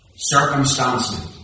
Circumstances